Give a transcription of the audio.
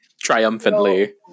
triumphantly